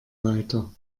weiter